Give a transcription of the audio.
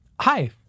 Hi